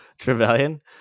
Trevelyan